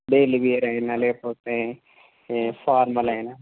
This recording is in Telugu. లేనివియర్ అయినా లేకపోతే ఫార్మల్ అయినా